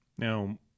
Now